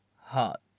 hot